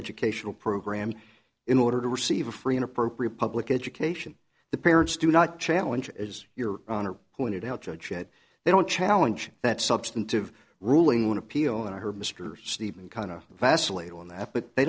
educational program in order to receive a free an appropriate public education the parents do not challenge as your pointed out judge said they don't challenge that substantive ruling when appeal and i heard mr stephen kind of vacillate on that but they